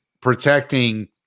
protecting